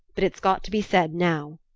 but it's got to be said now.